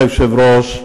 אדוני היושב-ראש,